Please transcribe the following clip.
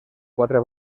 quatre